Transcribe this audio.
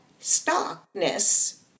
stockness